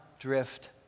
drift